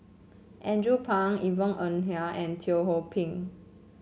Andrew Phang Yvonne Ng Uhde and Teo Ho Pin